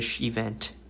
event